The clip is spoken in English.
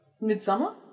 midsummer